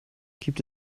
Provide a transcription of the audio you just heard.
gibt